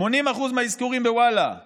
80% מהאזכורים בוואלה שליליים.